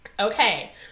Okay